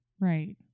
Right